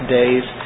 days